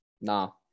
No